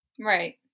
Right